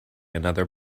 another